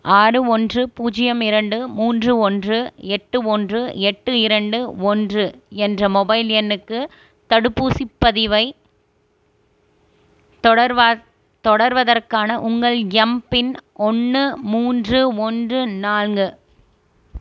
ஆறு ஒன்று பூஜ்ஜியம் இரண்டு மூன்று ஒன்று எட்டு ஒன்று எட்டு இரண்டு ஒன்று என்ற மொபைல் எண்ணுக்கு தடுப்பூசி பதிவை தொடர்வதற்கான உங்கள் எம்பின் ஒன்று மூன்று ஒன்று நான்கு